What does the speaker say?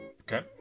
Okay